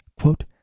quote